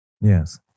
Yes